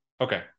Okay